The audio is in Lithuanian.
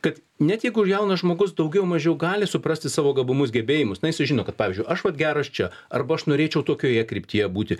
kad net jeigu jaunas žmogus daugiau mažiau gali suprasti savo gabumus gebėjimus na jisai žino kad pavyzdžiui aš vat geras čia arba aš norėčiau tokioje kryptyje būti